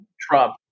Trump